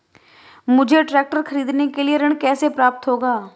मुझे ट्रैक्टर खरीदने के लिए ऋण कैसे प्राप्त होगा?